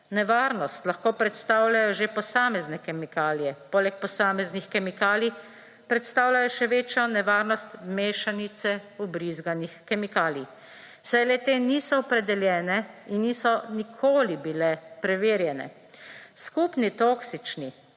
Nevarnost lahko predstavljajo že posamezne kemikalije poleg posameznih kemikalij predstavljajo še večjo nevarnost mešanice vbrizganih kemikalij. Saj le te niso opredeljene in niso nikoli bile preverjane. Skupni toksični